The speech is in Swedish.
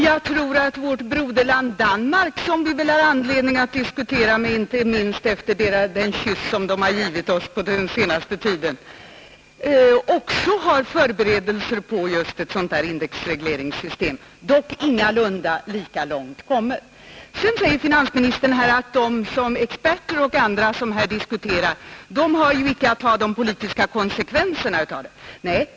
Jag tror att vårt broderland Danmark, som vi väl har anledning att diskutera inte minst efter den kyss som danskarna har givit oss på den senaste tiden, också har gjort förberedelser till ett sådant indexregleringssystem, dock utan att ha kommit så långt. Sedan säger finansministern att de experter och andra som här diskuterar inte har att ta de politiska konsekvenserna.